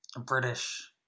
British